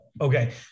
okay